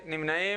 נמנע?